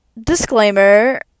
disclaimer